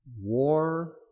war